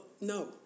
No